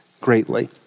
greatly